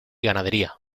ganadería